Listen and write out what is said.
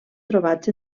trobats